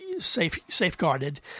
safeguarded